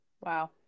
Wow